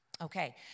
Okay